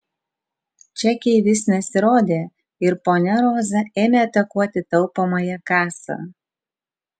čekiai vis nesirodė ir ponia roza ėmė atakuoti taupomąją kasą